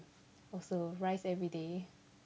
also rice everyday